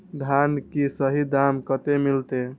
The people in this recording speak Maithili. धान की सही दाम कते मिलते?